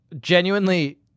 genuinely